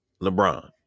LeBron